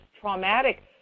traumatic